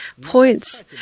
points